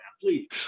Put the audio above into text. please